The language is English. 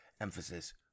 Emphasis